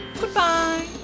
goodbye